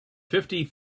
fifty